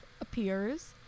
appears